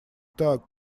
так